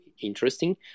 interesting